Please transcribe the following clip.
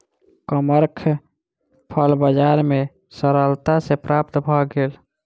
कमरख फल बजार में सरलता सॅ प्राप्त भअ गेल